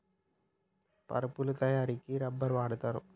పరుపుల తయారికి రబ్బర్ వాడుతారు